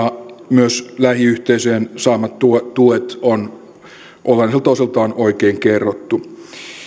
myös lähiyhteisöjen saamat tuet tuet on olennaisilta osiltaan oikein kerrottu